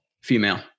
female